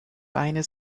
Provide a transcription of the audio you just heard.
beine